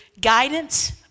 guidance